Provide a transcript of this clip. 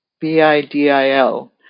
B-I-D-I-L